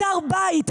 במעצר בית.